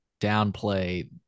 downplay